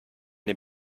dem